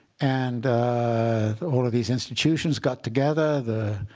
and all of these institutions got together. the